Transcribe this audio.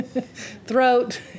Throat